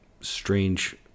strange